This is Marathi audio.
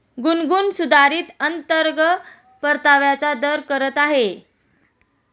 गुनगुन सुधारित अंतर्गत परताव्याचा दर करत आहे